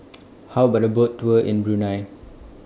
How about A Boat Tour in Brunei